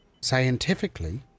scientifically